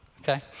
Okay